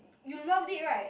you loved it right